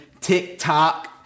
TikTok